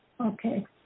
Okay